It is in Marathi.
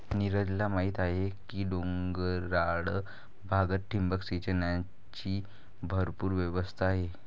नीरजला माहीत आहे की डोंगराळ भागात ठिबक सिंचनाची भरपूर व्यवस्था आहे